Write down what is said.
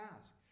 ask